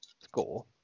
Score